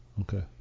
Okay